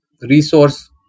resource